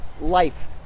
life